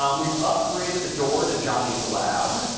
um we've upgraded the door to johnny's lab